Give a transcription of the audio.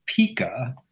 Pika